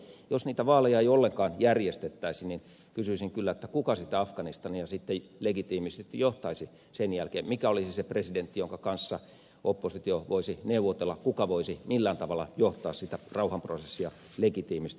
jos niitä vaaleja ei ollenkaan järjestettäisi kysyisin kyllä kuka sitä afganistania sitten legitiimisti johtaisi sen jälkeen mikä olisi se presidentti jonka kanssa oppositio voisi neuvotella kuka voisi millään tavalla johtaa sitä rauhanprosessia legitiimisti